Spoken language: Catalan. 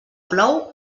plou